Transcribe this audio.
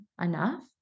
enough